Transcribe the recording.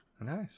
Nice